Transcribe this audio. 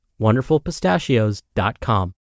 WonderfulPistachios.com